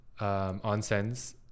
onsens